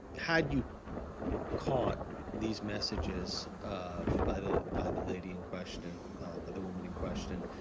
had you caught these messages by the by the lady in question by the woman in question,